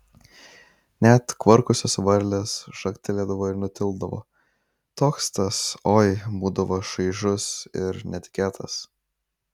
net kvarkusios varlės žagtelėdavo ir nutildavo toks tas oi būdavo šaižus ir netikėtas